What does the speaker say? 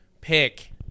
pick